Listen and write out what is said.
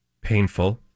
painful